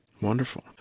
wonderful